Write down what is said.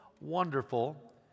wonderful